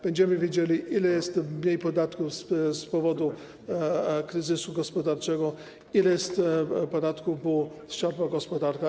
Będziemy wiedzieli, ile jest mniej podatków z powodu kryzysu gospodarczego, ile jest podatków, bo siadła gospodarka.